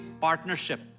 partnership